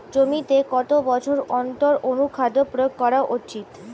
জমিতে কত বছর অন্তর অনুখাদ্য প্রয়োগ করা উচিৎ?